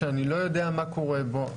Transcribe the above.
שאני לא יודע מה קורה בו.